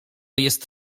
jest